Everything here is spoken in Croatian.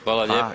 Hvala lijepo.